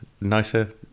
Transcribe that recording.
Nicer